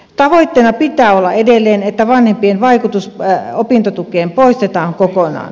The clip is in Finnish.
tavoitteena pitää olla edelleen että vanhempien vaikutus opintotukeen poistetaan kokonaan